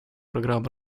программ